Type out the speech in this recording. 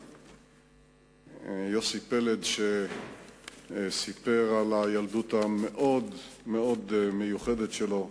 יוסי פלד, שסיפר על הילדות המאוד-מאוד מיוחדת שלו,